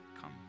come